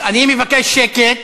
אני מבקש שקט.